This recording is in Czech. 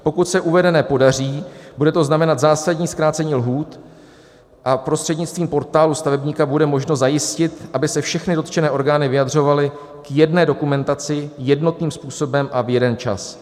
Pokud se uvedené podaří, bude to znamenat zásadní zkrácení lhůt a prostřednictvím Portálu stavebníka bude možno zajistit, aby se všechny dotčené orgány vyjadřovaly k jedné dokumentaci jednotným způsobem a v jeden čas.